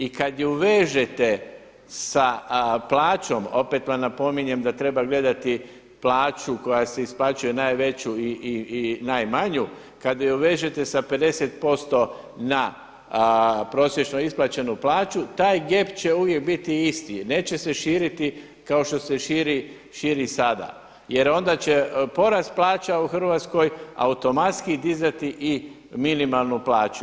I kada ju vežete sa plaćom, opet vam napominjem da treba gledati plaću koja se isplaćuje najveću i najmanju, kada ju vežete sa 50% na prosječno isplaćenu plaću taj gep će uvijek biti isti i neće se širiti kao što se širi sada jer onda će porast plaća u Hrvatskoj automatski dizati i minimalnu plaću.